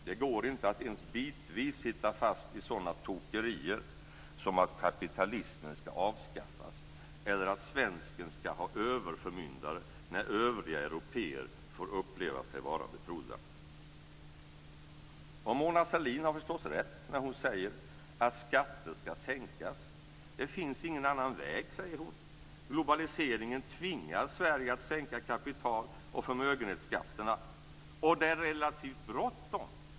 Det går inte att ens bitvis sitta fast i sådana tokerier som att kapitalismen ska avskaffas eller att svensken ska ha överförmyndare när övriga européer får uppleva sig vara betrodda. Mona Sahlin har förstås rätt när hon säger att skatter ska sänkas. Det finns ingen annan väg, säger hon. Globaliseringen tvingar Sverige att sänka kapital och förmögenhetsskatterna. Och det är relativt bråttom.